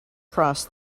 cross